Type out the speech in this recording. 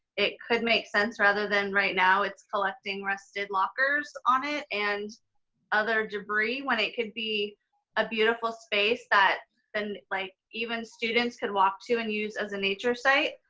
it could make sense rather than right now. it's collecting rusted lockers on it and other debris when it could be a beautiful space that then like even students could walk to and use as a nature site.